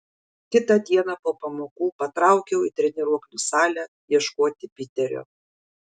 kitą dieną po pamokų patraukiau į treniruoklių salę ieškoti piterio